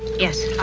yes,